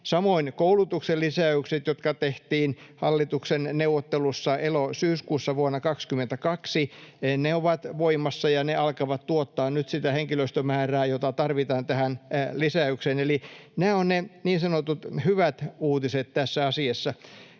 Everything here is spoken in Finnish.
Samoin koulutuksen lisäykset, jotka tehtiin hallituksen neuvottelussa elo—syyskuussa vuonna 22, ovat voimassa, ja ne alkavat tuottaa nyt sitä henkilöstömäärää, jota tarvitaan tähän lisäykseen. Eli nämä ovat ne niin sanotut hyvät uutiset tässä asiassa.